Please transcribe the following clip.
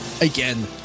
again